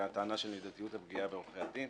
הטענה של מידתיות הפגיעה בעורכי הדין